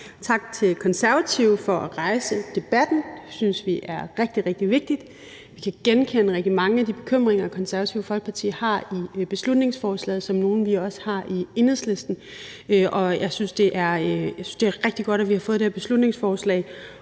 Tak til De Konservative for at rejse debatten, det synes vi er rigtig, rigtig vigtigt. Vi kan genkende rigtig mange af de bekymringer, Det Konservative Folkeparti har i beslutningsforslaget, som nogle, vi også har i Enhedslisten. Og jeg synes, at det er rigtig godt, at vi har fået det her beslutningsforslag